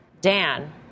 Dan